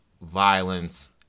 violence